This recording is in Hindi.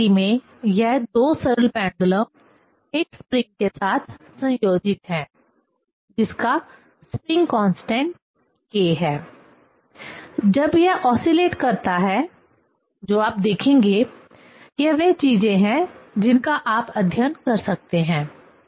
इस स्थिति में यह दो सरल पेंडुलम एक स्प्रिंग के साथ संयोजित हैं जिसका स्प्रिंग कांस्टेंट k है जब यह ओसीलेट करता है जो आप देखेंगे यह वह चीजें हैं जिनका आप अध्ययन कर सकते हैं